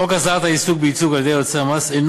חוק הסדרת העיסוק בייצוג על-ידי יועצי המס אינו